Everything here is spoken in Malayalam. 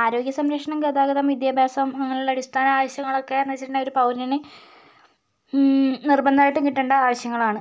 ആരോഗ്യ സംരക്ഷണം ഗതാഗതം വിദ്യാഭ്യാസം അങ്ങനെയുള്ള അടിസ്ഥാന ആവശ്യങ്ങളൊക്കെയെന്ന് വെച്ചിട്ടുണ്ടെങ്കിൽ ഒരു പൗരന് നിർബന്ധമായിട്ടും കിട്ടേണ്ട ആവശ്യങ്ങളാണ്